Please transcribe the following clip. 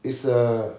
it's a